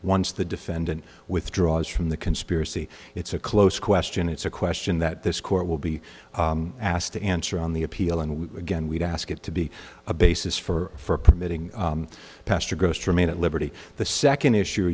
once the defendant withdraws from the conspiracy it's a close question it's a question that this court will be asked to answer on the appeal and again we'd ask it to be a basis for permitting pastor gross to remain at liberty the second issue